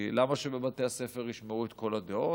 כי למה שבבתי הספר ישמעו את כל הדעות?